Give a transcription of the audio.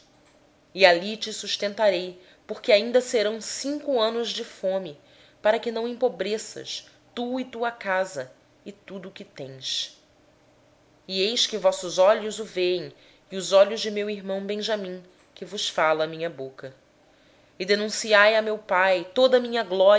tens ali te sustentarei porque ainda haverá cinco anos de fome para que não sejas reduzido à pobreza tu e tua casa e tudo o que tens eis que os vossos olhos e os de meu irmão benjamim vêem que é minha boca que vos fala fareis pois saber a meu pai toda a minha